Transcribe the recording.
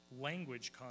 language